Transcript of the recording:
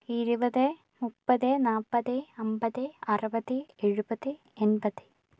ഇരുപത് മുപ്പത് നാല്പത് അമ്പത് അറുപത് എഴുപത് എൺപത്